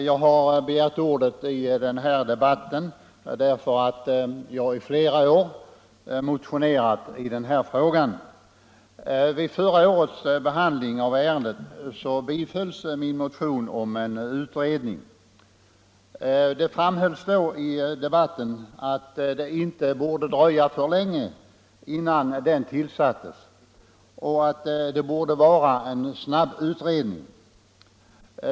Herr talman! Jag har begärt ordet därför att jag i flera år har motionerat i denna fråga. Vid förra årets behandling av ärendet bifölls min motion om en utredning. Det framhölls då i debatten att det inte borde dröja för länge innan den tillsattes och att det borde vara en snabbutredning.